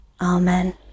Amen